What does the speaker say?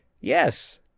yes